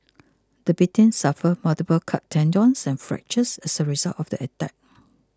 the victim suffered multiple cut tendons and fractures as a result of the attack